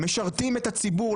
משרתים את הציבור,